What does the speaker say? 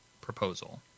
proposal